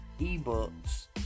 eBooks